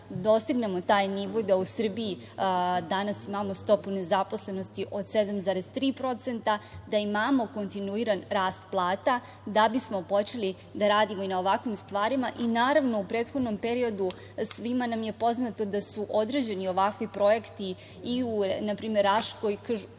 dostignemo taj nivo i da u Srbiji danas imamo stopu nezaposlenosti od 7,3%, da imamo kontinuiran rast plata, da bismo počeli da radimo i na ovakvim stvarima. Naravno, u prethodnom periodu svima nam je poznato da su odrađeni ovakvi projekti u Raškoj,